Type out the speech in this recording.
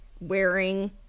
wearing